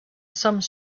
some